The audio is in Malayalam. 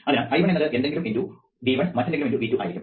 അതിനാൽ I1 എന്നത് എന്തെങ്കിലുംxV1 മറ്റെന്തെങ്കിലുംxV2 ആയിരിക്കും